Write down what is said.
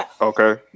Okay